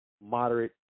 moderate